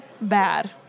bad